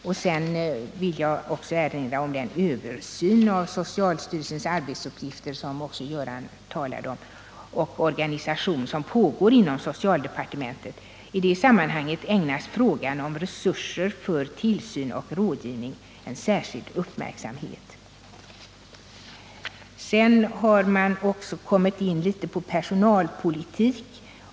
Jag vill här också erinra om den översyn av socialstyrelsens arbetsuppgifter och organisation — som Göran Karlsson också talade om — som pågår inom socialdepartementet. I det sammanhanget ägnas frågan om resurser för tillsyn och rådgivning särskild uppmärksamhet. Vidare har personalpolitiken i någon mån berörts i den här debatten.